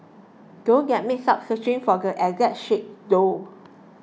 don't get mixed up searching for the exact shade though